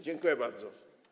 Dziękuję bardzo.